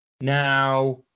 Now